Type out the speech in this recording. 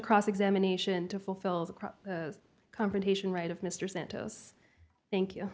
cross examination to fulfill the cross confrontation right of mr sent us thank you